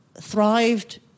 thrived